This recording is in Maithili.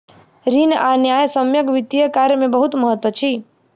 ऋण आ न्यायसम्यक वित्तीय कार्य में बहुत महत्त्व अछि